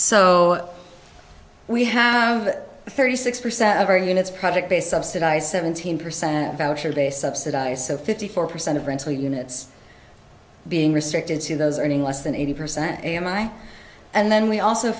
so we have thirty six percent of our units project based subsidize seventeen percent voucher they subsidize so fifty four percent of rental units being restricted to those earning less than eighty percent am i and then we also